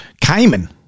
Cayman